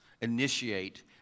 initiate